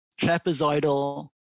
trapezoidal